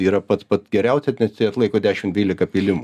yra pats geriausias nes jisai atlaiko dešim dvylika pylimų